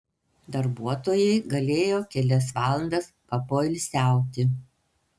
darbuotojai galėjo kelias valandas papoilsiauti